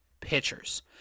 pitchers